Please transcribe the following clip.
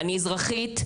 אני אזרחית,